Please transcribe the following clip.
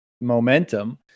momentum